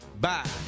Bye